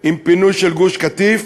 עם פינוי של גוש-קטיף,